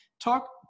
talk